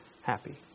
happy